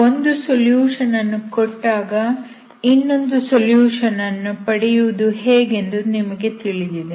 ಒಂದು ಸೊಲ್ಯೂಷನ್ ಅನ್ನು ಕೊಟ್ಟಾಗ ಇನ್ನೊಂದು ಸೊಲ್ಯೂಷನ್ ಅನ್ನು ಪಡೆಯುವುದು ಹೇಗೆಂದು ನಿಮಗೆ ತಿಳಿದಿದೆ